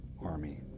army